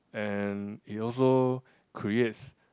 and he also creates